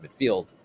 midfield